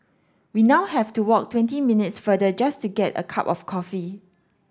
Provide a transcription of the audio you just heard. we now have to walk twenty minutes farther just to get a cup of coffee